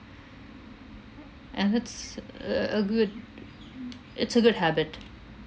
and it's a a a good it's a good habit